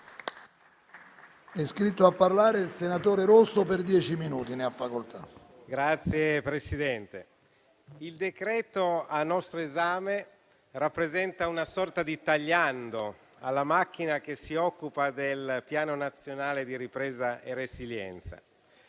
il decreto-legge al nostro esame rappresenta una sorta di tagliando alla macchina che si occupa del Piano nazionale di ripresa e resilienza.